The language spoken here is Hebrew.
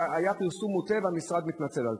שהיה פרסום מוטעה והמשרד מתנצל על כך.